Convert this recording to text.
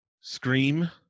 scream